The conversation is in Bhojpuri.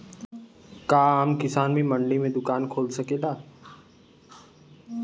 का आम किसान भी मंडी में दुकान खोल सकेला?